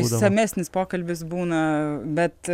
išsamesnis pokalbis būna bet